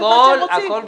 הכול בסדר.